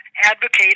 advocate